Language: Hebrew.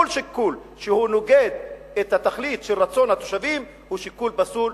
כל שיקול שנוגד את התכלית של רצון התושבים הוא שיקול פסול,